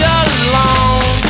alone